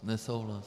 Nesouhlas.